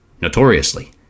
Notoriously